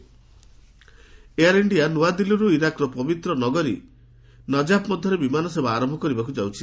AI Najaf Air India ନୂଆଦିଲ୍ଲୀରୁ ଇରାକର ପବିତ୍ର ନଗରୀ ନଜାପ୍ ମଧ୍ୟରେ ବିମାନ ସେବା ଆରମ୍ଭ ହେବାକୁ ଯାଉଛି